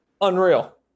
Unreal